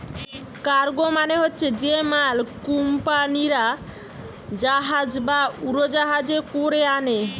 cargo মানে হচ্ছে যে মাল কুম্পানিরা জাহাজ বা উড়োজাহাজে কোরে আনে